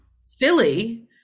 silly